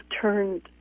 turned